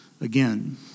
again